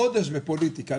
גודש בפוליטיקה,